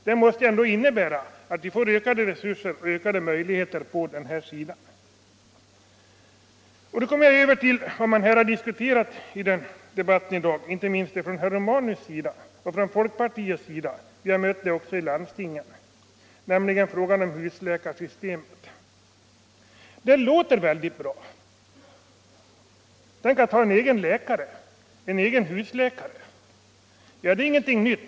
Det måste innebära ökade resurser och ökade möjligheter att tillgodose efterfrågan på sjukvård. Då kommer jag över till vad som diskuterats i debatten i dag, inte minst det som framförts av herr Romanus som representant för folkpartiet, nämligen frågan om husläkarsystemet. Vi har mött den också i landstingen. Det låter mycket bra. Tänk att ha en egen läkare, en egen husläkare! Det är ingenting nytt.